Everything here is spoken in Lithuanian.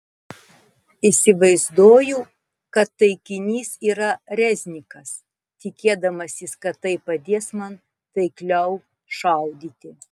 įsivaizduoju kad taikinys yra reznikas tikėdamasis kad tai padės man taikliau šaudyti